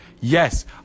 Yes